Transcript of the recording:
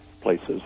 places